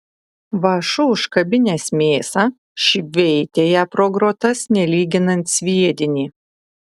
vąšu užkabinęs mėsą šveitė ją pro grotas nelyginant sviedinį